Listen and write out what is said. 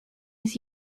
his